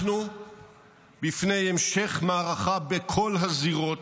אנחנו לפני המשך מערכה בכל הזירות.